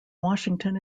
washington